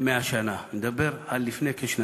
100 שנה, אני מדבר על לפני כשנתיים.